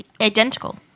identical